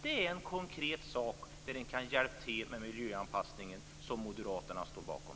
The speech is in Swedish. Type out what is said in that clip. Det är en konkret sak där man kan hjälpa till med miljöanpassningen som moderaterna står bakom.